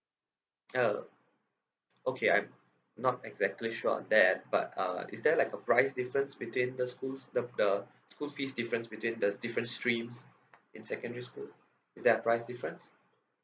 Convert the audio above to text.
uh okay I'm not exactly sure on that but uh is there like a price difference between the schools the the school fees difference between the different streams in secondary school is there a price difference